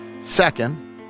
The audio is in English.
Second